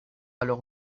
alors